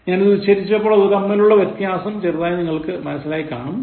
ഞാൻ ഇത് ഉച്ചരിച്ചപ്പോൾ ഇവ തമ്മിലുള്ള വ്യത്യാസം ചെറുതായി നിങ്ങൾക്കു മനസിലായിക്കാണും